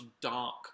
dark